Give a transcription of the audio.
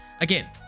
Again